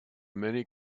many